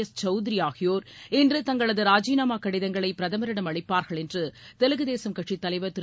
S Chowdary ஆகியோர் இன்று தங்களது ராஜினாமா கடிதங்களை பிரதமரிடம் அளிப்பார்கள் என்று தெலுகு தேசம் கட்சித் தலைவர் திரு